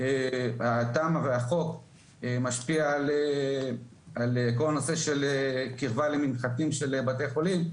שהתמ"א והחוק משפיע על כל הנושא של קרבה למנחתים של בתי חולים.